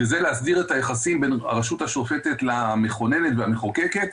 וזה להסגיר את היחסים בין הרשות השופטת למכוננת והמחוקקת.